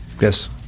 Yes